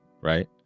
right